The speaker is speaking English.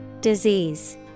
Disease